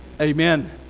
amen